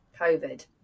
COVID